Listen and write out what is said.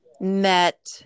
met